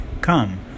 Come